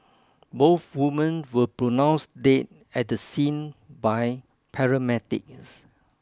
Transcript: both women were pronounced dead at the scene by paramedics